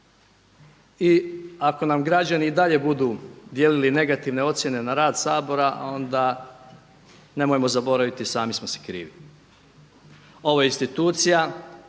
I ako nam građani i dalje budu dijelili negativne ocjene na rad Sabora, onda nemojmo zaboraviti sami smo si krivi. Ovo je institucija